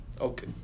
Okay